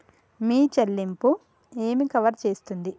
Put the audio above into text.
మీ చెల్లింపు ఏమి కవర్ చేస్తుంది?